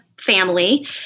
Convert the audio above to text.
family